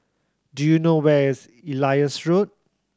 do you know where is Elias Road